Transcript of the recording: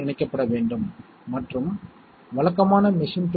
இல்லை A AND B